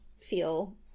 feel